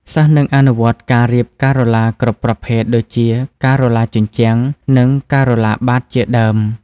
សិស្សនឹងអនុវត្តការរៀបការ៉ូឡាគ្រប់ប្រភេទដូចជាការ៉ូឡាជញ្ជាំង និងការ៉ូបាតជាដើម។